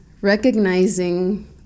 recognizing